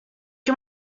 you